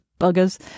buggers